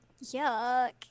Yuck